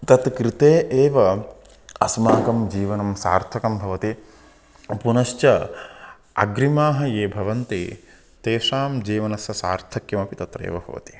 तत्कृते एव अस्माकं जीवनं सार्थकं भवति पुनश्च अग्रिमाः ये भवन्ति तेषां जीवनस्य सार्थक्यमपि तत्रैव भवति